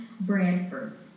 Bradford